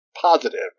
positive